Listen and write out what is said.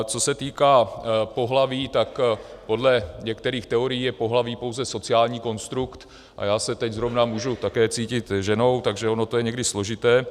Co se týká pohlaví, tak podle některých teorií je pohlaví pouze sociální konstrukt a já se teď zrovna můžu také cítit ženou, takže ono to je někdy složité.